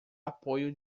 apoio